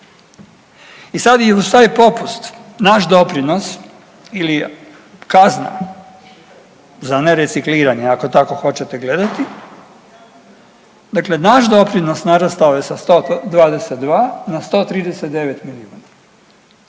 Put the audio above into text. I sad i uz taj popust naš doprinos ili kazna za nerecikliranje ako tako hoćete gledati, dakle naš doprinos narastao je sa 122 na 139 milijuna